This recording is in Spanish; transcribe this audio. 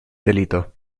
delito